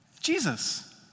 Jesus